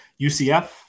UCF